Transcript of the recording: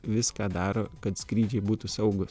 viską daro kad skrydžiai būtų saugūs